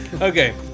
Okay